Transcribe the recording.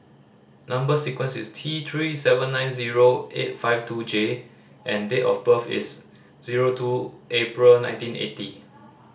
number sequence is T Three seven nine zero eight five two J and date of birth is zero two April nineteen eighty